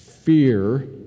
Fear